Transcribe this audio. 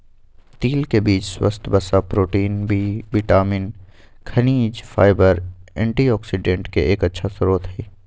तिल के बीज स्वस्थ वसा, प्रोटीन, बी विटामिन, खनिज, फाइबर, एंटीऑक्सिडेंट के एक अच्छा स्रोत हई